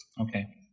Okay